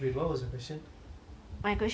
oh what is one thing you'll change right